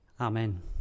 Amen